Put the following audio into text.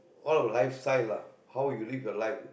all lifestyle lah how you live your life